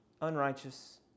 unrighteous